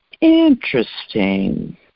Interesting